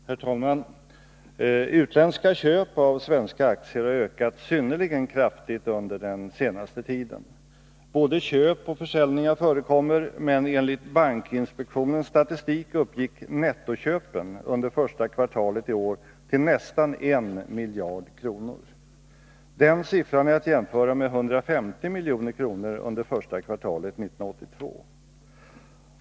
Herr talman! Utländska köp av svenska aktier har ökat synnerligen kraftigt under den senaste tiden. Både köp och försäljningar förekommer, men enligt bankinspektionens statistik uppgick nettoköpen under första kvartalet i år till nästan 1 miljard kronor. Den siffran är att jämföra med 150 milj.kr. under första kvartalet 1982.